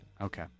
Okay